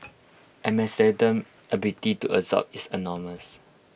Amsterdam's ability to absorb is enormous